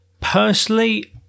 Personally